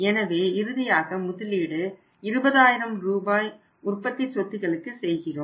எனவே இறுதியாக முதலீடு 20000 ரூபாய் உற்பத்தி சொத்துக்களுக்கு செய்கிறோம்